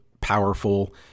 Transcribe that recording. powerful